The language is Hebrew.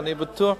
ואני בטוח,